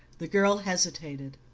the girl hesitated.